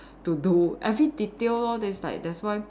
to do every detail lor that's like that's why